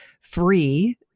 free